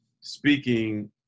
speaking